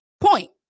point